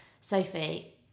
Sophie